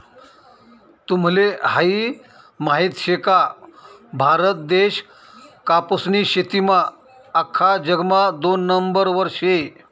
तुम्हले हायी माहित शे का, भारत देश कापूसनी शेतीमा आख्खा जगमा दोन नंबरवर शे